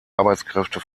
arbeitskräfte